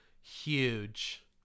huge